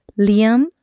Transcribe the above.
Liam